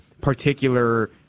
particular